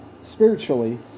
spiritually